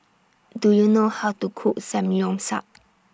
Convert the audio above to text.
Do YOU know How to Cook Samgyeopsal